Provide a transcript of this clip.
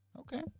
Okay